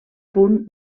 punt